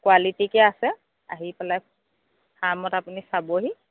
কুৱালিটিতে আছে আহি পেলাই ফাৰ্মত আপুনি চাবহি